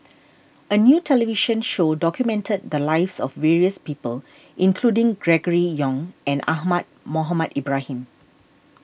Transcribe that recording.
a new television show documented the lives of various people including Gregory Yong and Ahmad Mohamed Ibrahim